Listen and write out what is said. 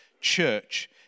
church